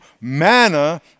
manna